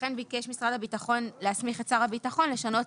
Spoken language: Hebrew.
לכן ביקש משרד הביטחון להסמיך את שר הביטחון לשנות